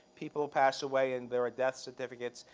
people pass away and there are death certificates.